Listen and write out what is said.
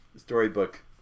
storybook